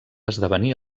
esdevenir